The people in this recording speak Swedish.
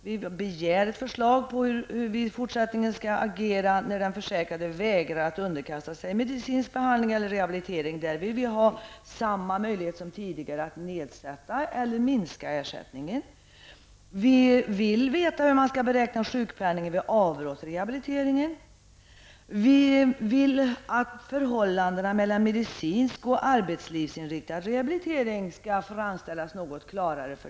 Vi begär ett förslag på hur vi i fortsättningen skall agera när den försäkrade vägrar att underkasta sig medicinsk behandling eller rehabilitering. Vi vill ha samma möjlighet som tidigare att minska ersättningen. Vi vill veta hur man skall beräkna sjukpenning vid avbrott i rehabiliteringen. Vi vill att förhållandena mellan medicinsk och arbetslivsinriktad rehabilitering skall framställas något klarare.